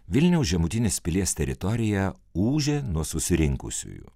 vilniaus žemutinės pilies teritorija ūžė nuo susirinkusiųjų